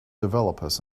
developers